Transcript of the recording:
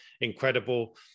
incredible